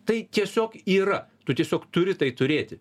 tai tiesiog yra tu tiesiog turi tai turėti